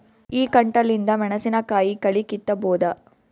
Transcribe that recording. ಈ ಕಂಟಿಲಿಂದ ಮೆಣಸಿನಕಾಯಿ ಕಳಿ ಕಿತ್ತಬೋದ?